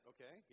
Okay